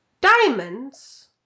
diamonds